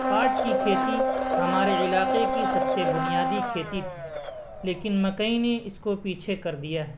پاٹ کی کھیتی ہمارے علاقے کی سب سے بنیادی کھیتی تھی لیکن مکئی نے اس کو پیچھے کر دیا ہے